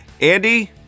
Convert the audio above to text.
Andy